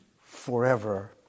forever